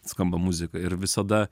skamba muzika ir visada